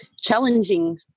challenging